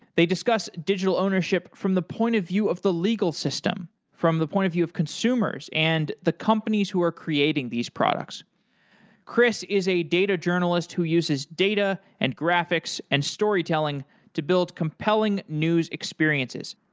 they discussed digital ownership from the point of view of the legal system, from the point of view of consumers and the companies who are creating these products chris is a data journalist who uses data and graphics and storytelling to build compelling news experiences.